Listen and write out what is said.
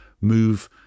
move